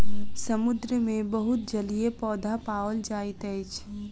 समुद्र मे बहुत जलीय पौधा पाओल जाइत अछि